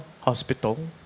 Hospital